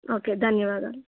okay ధన్యవాదాలు